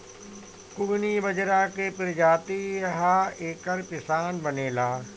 कुगनी बजरा के प्रजाति ह एकर पिसान बनेला